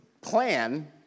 plan